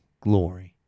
glory